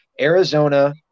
Arizona